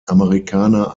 amerikaner